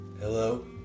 Hello